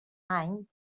any